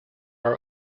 are